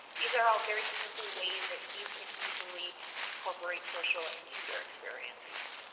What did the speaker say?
these are all very simple ways that you can easily incorporate social into your experience.